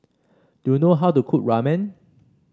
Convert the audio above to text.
do you know how to cook Ramen